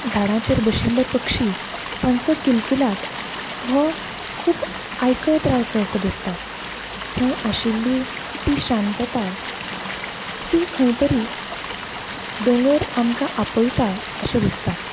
झाडांचेर बशिल्ले पक्षी तांचो किलकीलाट हो खूब आयकत रावंचो असो दिसता थंय आशिल्ली ती शांतता ती खंय तरी दोंगर आमकां आपयता अशें दिसता